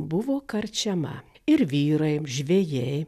buvo karčiama ir vyrai žvejai